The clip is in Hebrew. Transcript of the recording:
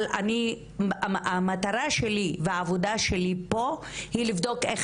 אבל המטרה שלי והעבודה שלי פה היא לבדוק איך